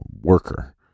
worker